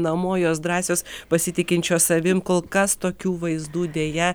namo jos drąsios pasitikinčios savim kol kas tokių vaizdų deja